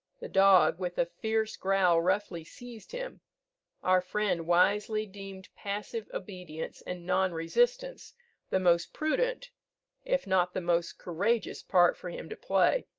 the dog with a fierce growl roughly seized him our friend wisely deemed passive obedience and non-resistance the most prudent if not the most courageous part for him to play,